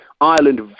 ireland